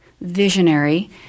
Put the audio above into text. visionary